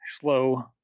slow